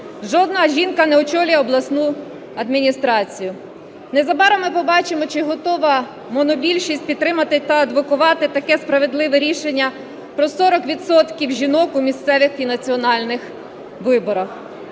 жодна жінка не очолює обласну адміністрацію. Незабаром ми побачимо, чи готова монобільшість підтримати та адвокувати таке справедливе рішення про 40 відсотків жінок у місцевих і національних виборах.